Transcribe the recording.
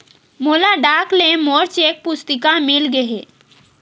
मोला डाक ले मोर चेक पुस्तिका मिल गे हे